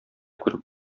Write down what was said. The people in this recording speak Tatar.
күреп